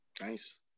Nice